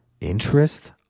interest